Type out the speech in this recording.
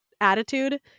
attitude